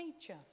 teacher